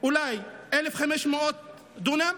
של אולי 1,500 דונם.